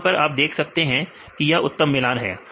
यहां आप देख सकते हैं कि यह उत्तम मिलान है